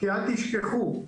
אל תשכחו,